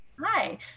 Hi